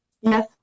Yes